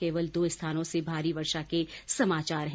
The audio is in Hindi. केवल दो स्थानों से भारी वर्षा के समाचार हैं